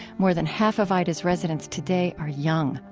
more than half of aida's residents today are young,